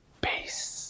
peace